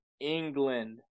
England